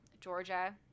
georgia